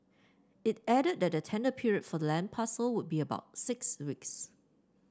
it added that the tender period for the land parcel would be about six weeks